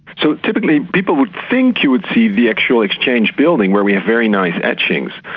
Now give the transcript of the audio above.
so typically, people would think you would see the actual exchange building where we have very nice etchings.